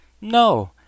no